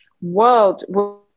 world